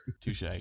Touche